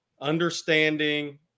understanding